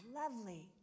lovely